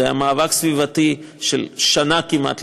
זה היה מאבק סביבתי של שנה כמעט,